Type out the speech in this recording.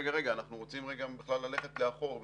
ואומרים, רגע, רגע, אנחנו רוצים ללכת לאחור וכולי.